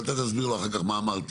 אבל אתה תסביר לו אחר כך מה אמרתי,